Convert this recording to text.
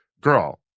girl